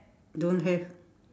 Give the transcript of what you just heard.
don't have